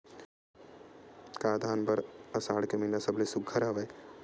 का धान बर आषाढ़ के महिना सबले सुघ्घर हवय?